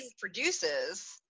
produces